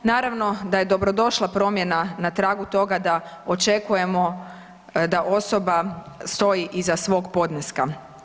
Naravno da je dobro došla promjena na tragu toga da očekujemo da osoba stoji iza svog podneska.